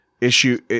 issue